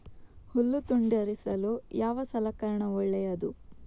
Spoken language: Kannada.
ಹುಲ್ಲು ತುಂಡರಿಸಲು ಯಾವ ಸಲಕರಣ ಒಳ್ಳೆಯದು?